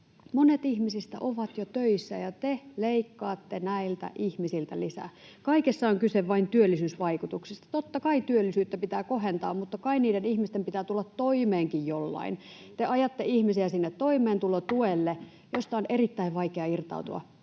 Monet ihmisistä ovat jo töissä, ja te leikkaatte näiltä ihmisiltä lisää. Kaikessa on kyse vain työllisyysvaikutuksista. Totta kai työllisyyttä pitää kohentaa, mutta kai niiden ihmisten pitää tulla toimeenkin jollain. Te ajatte ihmisiä sinne toimeentulotuelle, josta on erittäin vaikea irtautua,